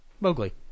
Mowgli